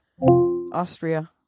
Austria